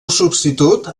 substitut